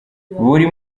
buri